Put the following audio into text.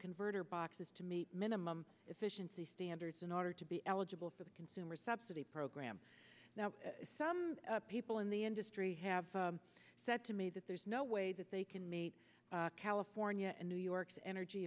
converter boxes to meet minimum efficiency standards in order to be eligible for the consumer subsidy program now some people in the industry have said to me that there's no way that they can meet california and new york's energy